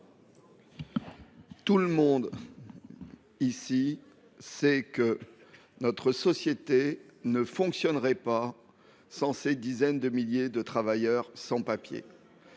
n’ignore ici que notre société ne fonctionnerait pas sans ces dizaines de milliers de travailleurs sans papiers.